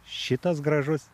šitas gražus